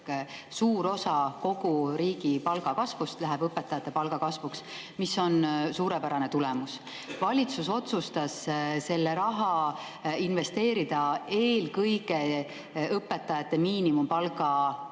Suur osa kogu riigi palgakasvust läheb õpetajate palga kasvuks, mis on suurepärane tulemus. Valitsus otsustas selle raha investeerida eelkõige õpetajate miinimumpalga tõusu